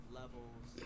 levels